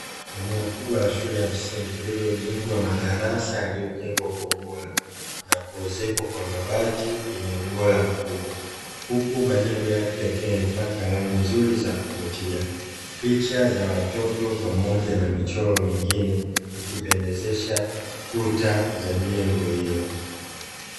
Eneo kubwa la shule ya msingi lililojengwa madarasa yaliyo jengwa kwa ubora na kuezekwa kwa mabati yenye ubora mkubwa. Huku majengo yake yakiwa yamepakwa rangi nzuri za kuvutia, picha za watoto pamoja na michoro mingine ikipendezesha kuta za jengo hilo.